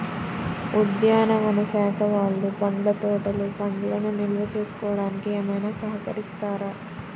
ఉద్యానవన శాఖ వాళ్ళు పండ్ల తోటలు పండ్లను నిల్వ చేసుకోవడానికి ఏమైనా సహకరిస్తారా?